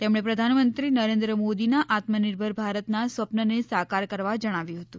તેમણે પ્રધાનમંત્રી નરેન્દ્ર મોદીના આત્મનિર્ભર ભારતના સ્વપનને સાકાર કરવા જણાવ્યું હતું